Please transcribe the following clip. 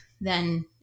then-